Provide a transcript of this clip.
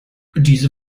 diese